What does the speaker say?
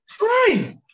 Right